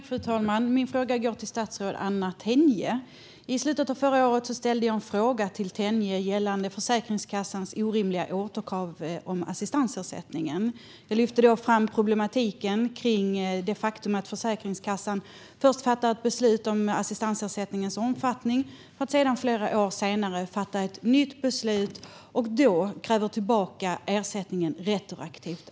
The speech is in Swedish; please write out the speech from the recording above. Fru talman! Min fråga går till statsrådet Anna Tenje. I slutet av förra året ställde jag en fråga till statsrådet gällande Försäkringskassans orimliga återkrav inom assistansersättningen. Jag lyfte då fram problematiken med det faktum att Försäkringskassan först fattat beslut om assistansersättningens omfattning för att flera år senare fatta ett nytt beslut och då kräva tillbaka ersättningen retroaktivt.